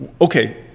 okay